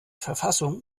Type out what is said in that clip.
verfassung